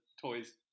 toys